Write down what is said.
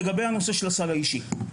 הנושא של הסל האישי.